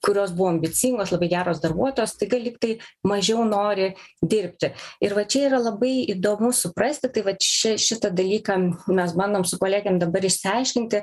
kurios buvo ambicingos labai geros darbuotojos staiga lygtai mažiau nori dirbti ir va čia yra labai įdomu suprasti tai vat čia šitą dalyką mes bandom su kolegėm dabar išsiaiškinti